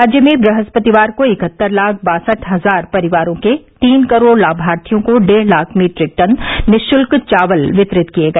राज्य में ब्रहस्पतिवार को इकहत्तर लाख बासठ हजार परिवारों के तीन करोड़ लाभार्थियों को डेढ़ लाख मीट्रिक टन निःशुल्क चावल वितरित किया गया